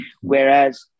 Whereas